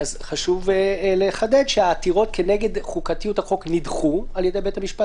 חשוב לחדד שהעתירות כנגד חוקתיות החוק נדחו על ידי בית המשפט